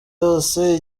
yose